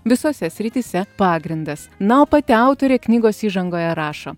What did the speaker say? visose srityse pagrindas na o pati autorė knygos įžangoje rašo